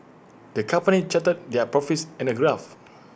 the company charted their profits in A graph